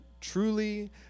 Truly